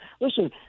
Listen –